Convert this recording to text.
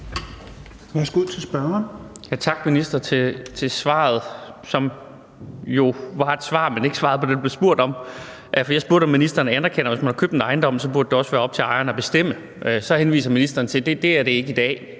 Ja, tak til ministeren for svaret, som jo var et svar, men ikke et svar på det, som der blev spurgt om. For jeg spurgte, om ministeren anerkender, at hvis man har købt en ejendom, så burde det også være op til ejeren at bestemme. Så henviser ministeren til, at det er det ikke i dag;